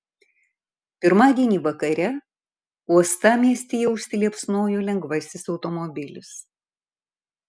pirmadienį vakare uostamiestyje užsiliepsnojo lengvasis automobilis